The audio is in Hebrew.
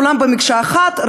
כולם במקשה אחת,